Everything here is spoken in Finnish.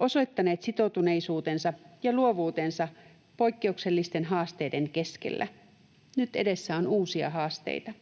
osoittaneet sitoutuneisuutensa ja luovuutensa poikkeuksellisten haasteiden keskellä. Nyt edessä on uusia haasteita.